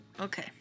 Okay